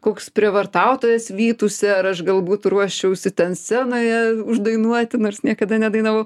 koks prievartautojas vytųsi ar aš galbūt ruošiausi ten scenoje uždainuoti nors niekada nedainavau